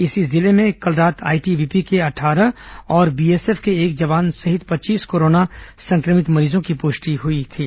इसी जिले में कल रात आईटीबीपी के अट्ठारह और बीएसएफ के एक जवान सहित पच्चीस कोरोना संक्रमित मरीजों की पुष्टि हुई थी